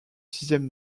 sixième